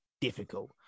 difficult